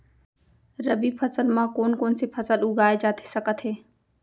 रबि फसल म कोन कोन से फसल उगाए जाथे सकत हे?